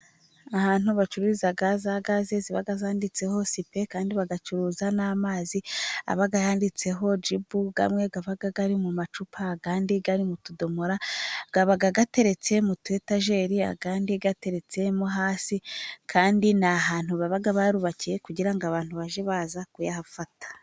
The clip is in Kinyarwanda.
Ahantu bacururiza za gaze ziba zanditseho sipe, kandi bagacuruza n'amazi aba yaditseho jibu. Amwe aba ari mu macupa, andi ari mu tudomota. Baba bayateretse mutu etajeri, andi ateretse mo hasi. Kandi ni ahantu baba barubakiye kugira ngo abantu bajye baza kuyahafata.